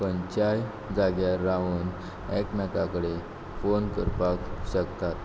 खंयच्याय जाग्यार रावून एकमेका कडेन फोन करपाक शकतात